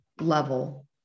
level